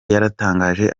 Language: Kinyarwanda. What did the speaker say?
yarangije